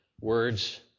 words